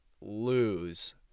lose